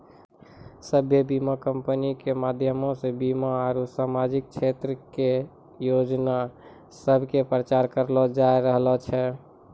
सभ्भे बीमा कंपनी के माध्यमो से बीमा आरु समाजिक क्षेत्रो के योजना सभ के प्रचार करलो जाय रहलो छै